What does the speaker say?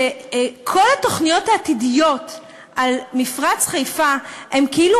שכל התוכניות העתידיות לגבי מפרץ חיפה הן כאילו